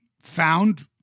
found